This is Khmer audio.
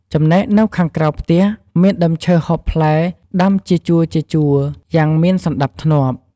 ចំណែកនៅខាងក្រៅផ្ទះ មានដើមឈើហូបផ្លែដាំជាជួរៗ យ៉ាងមានសណ្ដាប់ធ្នាប់។